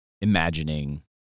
imagining